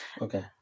Okay